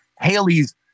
Haley's